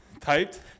typed